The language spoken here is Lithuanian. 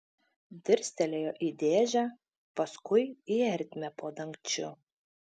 dirstelėjo į dėžę paskui į ertmę po dangčiu